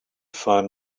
find